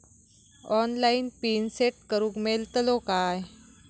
Online pin set करूक मेलतलो काय?